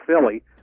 Philly